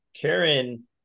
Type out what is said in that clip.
Karen